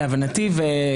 להבנתי,